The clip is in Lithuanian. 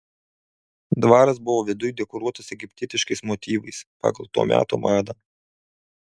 dvaras buvo viduj dekoruotas egiptietiškais motyvais pagal to meto madą